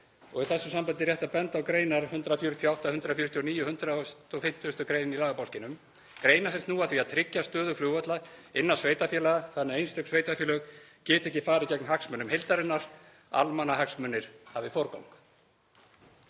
Í þessu sambandi er rétt að benda á 148., 149. og 150. gr. í lagabálkinum, greinar sem snúa að því að tryggja stöðu flugvalla innan sveitarfélaga þannig að einstök sveitarfélög geti ekki farið gegn hagsmunum heildarinnar, almannahagsmunir hafi forgang.